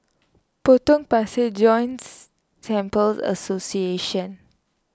Potong Pasir Joints Temples Association